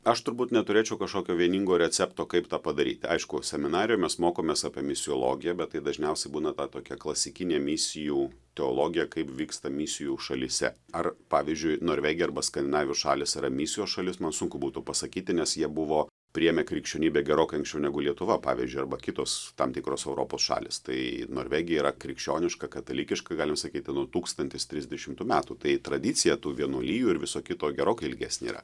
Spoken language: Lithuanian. aš turbūt neturėčiau kažkokio vieningo recepto kaip tą padaryti aišku seminarijoj mes mokomės apie misiologiją bet tai dažniausiai būna ta tokia klasikinė misijų teologija kaip vyksta misijų šalyse ar pavyzdžiui norvegija arba skandinavijos šalys yra misijos šalis man sunku būtų pasakyti nes jie buvo priėmė krikščionybę gerokai anksčiau negu lietuva pavyzdžiui arba kitos tam tikros europos šalys tai norvegija yra krikščioniška katalikiška galim sakyti nuo tūkstantis trisdešimtų metų tai tradicija tų vienuolijų ir viso kito gerokai ilgesnė yra